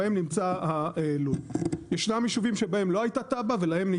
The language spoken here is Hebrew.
כשהוא נמצא במסלול לבניית לול שעומד בדרישות.